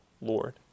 Lord